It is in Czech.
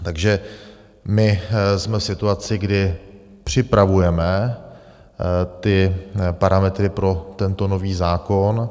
Takže my jsme v situaci, kdy připravujeme parametry pro tento nový zákon.